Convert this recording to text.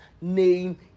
name